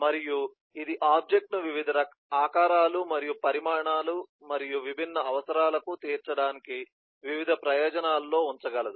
మరియు ఇది ఆబ్జెక్ట్ ను వివిధ ఆకారాలు మరియు పరిమాణాలు మరియు విభిన్న అవసరాలను తీర్చడానికి వివిధ ప్రయోజనాలలో ఉంచగలదు